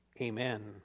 Amen